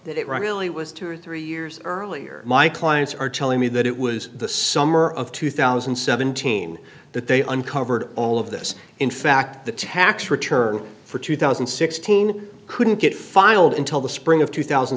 that it really was two or three years earlier my clients are telling me that it was the summer of two thousand and seventeen that they uncovered all of this in fact the tax return for two thousand and sixteen couldn't get filed until the spring of two thousand